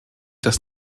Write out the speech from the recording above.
das